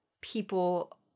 people